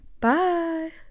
Bye